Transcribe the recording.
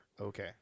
Okay